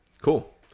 cool